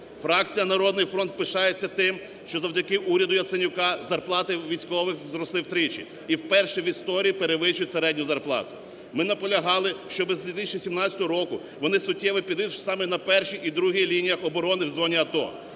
Фракція "Народний фронт" пишається тим, що завдяки уряду Яценюка зарплати у військових зросли втричі і вперше в історії перевищують середню зарплату. Ми наполягали, щоб з 2017 року вони суттєво підвищились саме на першій і другій лініях в зоні АТО.